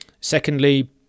Secondly